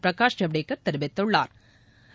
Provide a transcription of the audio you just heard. பிரகாஷ் ஜவ்டேன் தெரிவித்துள்ளா்